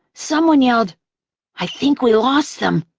someone yelled i think we lost them!